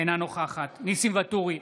אינה נוכחת ניסים ואטורי,